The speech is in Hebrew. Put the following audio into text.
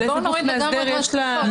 אז בואו נוריד לגמרי את התקופות.